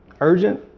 urgent